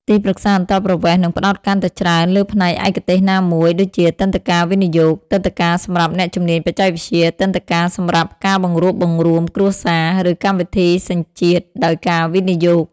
ទីប្រឹក្សាអន្តោប្រវេសន៍នឹងផ្តោតកាន់តែច្រើនលើផ្នែកឯកទេសណាមួយ ដូចជាទិដ្ឋាការវិនិយោគ ទិដ្ឋាការសម្រាប់អ្នកជំនាញបច្ចេកវិទ្យា ទិដ្ឋាការសម្រាប់ការបង្រួបបង្រួមគ្រួសារ ឬកម្មវិធីសញ្ជាតិដោយការវិនិយោគ។